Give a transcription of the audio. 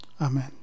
amen